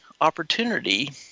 opportunity